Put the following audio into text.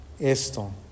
esto